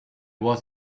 was